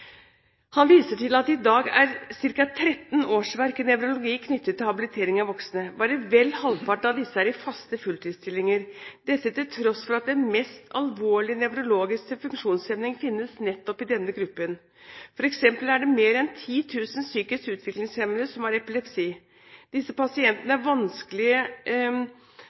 Han viser til at det i dag er ca. 13 årsverk i nevrologi knyttet til habilitering av voksne. Bare vel halvparten av disse er faste fulltidsstillinger, dette til tross for at den mest alvorlige nevrologiske funksjonshemning finnes nettopp i denne gruppen. Det er f.eks. mer enn 10 000 psykisk utviklingshemmede som har epilepsi. Disse pasientene er vanskelige